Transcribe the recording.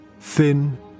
Thin